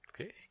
Okay